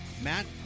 Matt